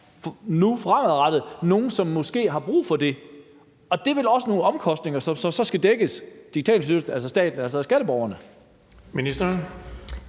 nu fremadrettet kommer nogen, som måske har brug for det. Og det er vel også nogle omkostninger, der så skal dækkes af Digitaliseringsstyrelsen, altså staten, altså skatteborgerne. Kl.